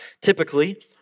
typically